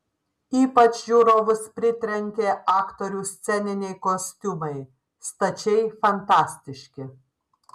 ypač žiūrovus pritrenkė aktorių sceniniai kostiumai stačiai fantastiški